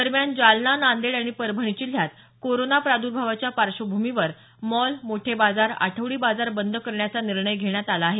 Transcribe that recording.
दरम्यान जालना नांदेड आणि परभणी जिल्ह्यात कोरोना प्रादर्भावाच्या पार्श्वभूमीवर मॉल मोठे बाजार आठवडी बाजार बंद करण्याचा निर्णय घेण्यात आला आहे